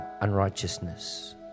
unrighteousness